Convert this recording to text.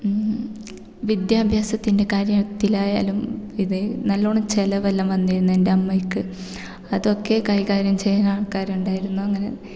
വിദ്യാഭ്യാസത്തിൻ്റെ കാര്യത്തിലായാലും ഇത് നല്ലവണ്ണം ചിലവെല്ലാം വന്നിരുന്നു എൻ്റെ അമ്മയ്ക്ക് അതൊക്കെ കൈകാര്യം ചെയ്യാൻ ആൾക്കാരുണ്ടായിരുന്നു അങ്ങനെ